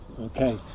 Okay